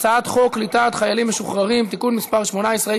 סעיפים 35, 75, 77, 79,